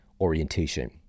orientation